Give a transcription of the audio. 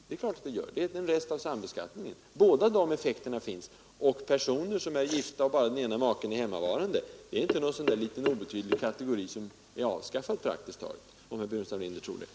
Det är en rest av sambeskattningen. Båda dessa effekter finns. Och jag vill säga att den kategori av gifta där bara den ena maken är hemmavarande, är inte någon obetydlig kategori som är praktiskt taget avskaffad, vilket herr Burenstam Linder tycks tro.